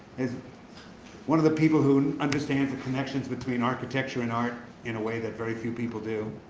is one of the people who understand the connections between architecture and art in a way that very few people do